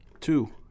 two